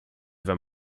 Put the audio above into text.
wenn